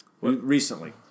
Recently